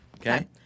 Okay